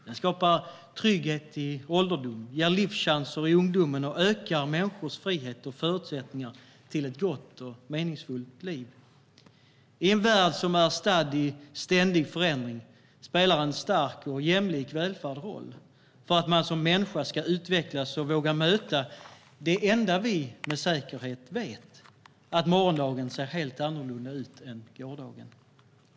Den skapar trygghet i ålderdomen, ger livschanser i ungdomen och ökar människors frihet och förutsättningar att få ett gott och meningsfullt liv. I en värld som är stadd i ständig förändring spelar en stark och jämlik välfärd roll för att man som människa ska utvecklas och våga möta det enda vi med säkerhet vet, nämligen att morgondagen ser helt annorlunda ut än gårdagen.